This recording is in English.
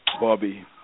Bobby